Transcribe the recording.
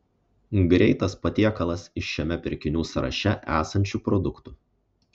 greitas patiekalas iš šiame pirkinių sąraše esančių produktų